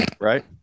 right